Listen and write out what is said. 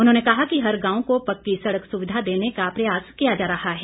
उन्होंने कहा कि हर गांव को पक्की सड़क सुविधा देने का प्रयास किया जा रहा है